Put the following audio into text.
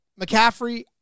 McCaffrey